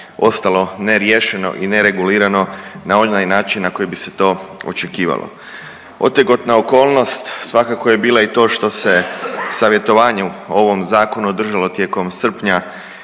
ostalo neriješeno i neregulirano na onaj način na koji bi se to očekivalo. Otegotna okolnost svakako je bila i to što se savjetovanje o ovom zakonu održalo tijekom srpnja